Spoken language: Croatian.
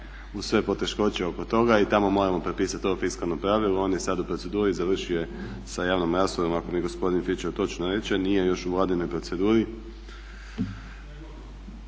uz sve poteškoće oko toga i tamo moramo prepisat ovo fiskalno pravilo, on je u sad u proceduri, završio je sa javnom raspravom ako mi gospodin Fičor točno reče, nije još u vladinoj proceduri.